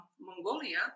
Mongolia